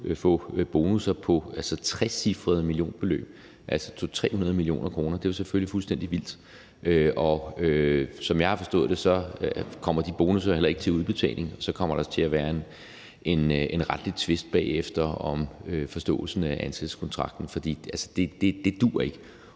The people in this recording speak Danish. få bonusser på trecifrede millionbeløb, altså 200-300 mio. kr., jo selvfølgelig er fuldstændig vilde. Og som jeg har forstået det, kommer de bonusser heller ikke til udbetaling. Så kommer der til at være en retlig tvist bagefter om forståelsen af ansættelseskontrakten, for det duer